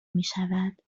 میشود